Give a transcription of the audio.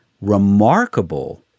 remarkable